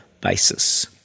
basis